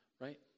Right